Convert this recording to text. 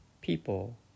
people